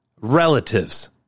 relatives